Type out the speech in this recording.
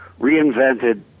reinvented